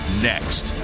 Next